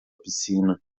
piscina